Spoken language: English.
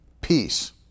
peace